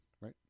right